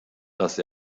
dass